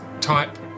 type